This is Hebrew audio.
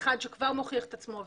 אחד שכבר מוכיח את עצמו,